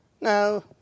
no